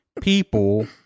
people